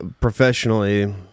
Professionally